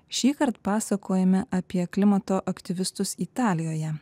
šįkart pasakojame apie klimato aktyvistus italijoje